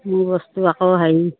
মোৰ বস্তু আকৌ হেৰি